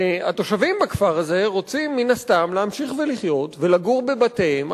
התושבים בכפר הזה רוצים מן הסתם להמשיך ולחיות ולגור בבתיהם,